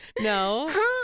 No